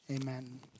Amen